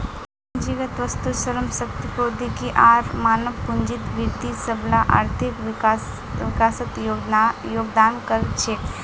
पूंजीगत वस्तु, श्रम शक्ति, प्रौद्योगिकी आर मानव पूंजीत वृद्धि सबला आर्थिक विकासत योगदान कर छेक